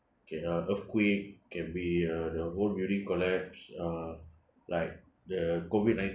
can uh earthquake can be uh the whole building collapse uh like uh COVID nineteen